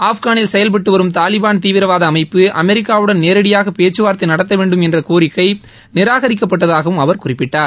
ஆப்கானில் செயல்பட்டு வரும் தாலிபான் தீவிரவாத அமைப்பு அமெரிக்காவுடன் நேரடியாக பேச்சு வார்த்தை நடத்த வேண்டும் என்ற கோரிக்கை நிராகரிக்கப்பட்டதாகவும் அவர் குறிப்பிட்டார்